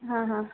ಹಾಂ ಹಾಂ